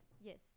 yes